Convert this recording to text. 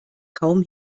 kaum